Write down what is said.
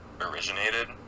originated